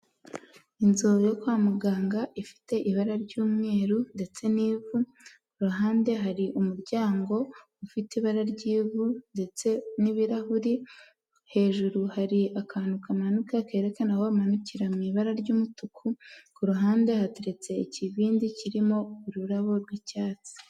Inzu yo kwa muganga ifite ibara ry'yumweru ndetse n'ivu. Kuruhande hari umuryango ufite ibara ry'ivu, ndetse n'ibirahuri. Hejuru hari akantu kamanuka kerekana aho wamanukira mu ibara ry'umutuku, kuruhande hateretse ikibindi kirimo ururabo rw'icyatsi.